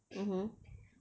mmhmm